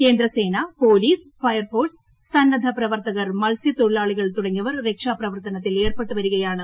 കേന്ദ്രസേന police fire force സന്നദ്ധപ്രവർത്തകർ മത്സ്യത്തൊഴിലാളികൾ തുടങ്ങിയവർ രക്ഷാപ്രവർത്തനത്തിൽ ഏർപ്പെട്ടുവരികയാണ്